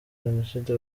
jenoside